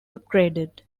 upgraded